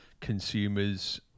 consumers